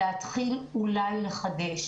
להתחיל אולי לחדש,